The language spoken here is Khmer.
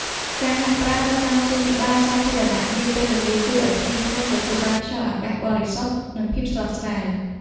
ការហាត់ប្រាណនៅតាមសួនច្បារសាធារណៈនាពេលល្ងាចជួយឱ្យក្មេងៗទទួលបានខ្យល់អាកាសបរិសុទ្ធនិងភាពស្រស់ស្រាយ។